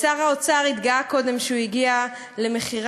שר האוצר התגאה קודם שהוא הגיע למכירה